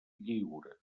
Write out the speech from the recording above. lliure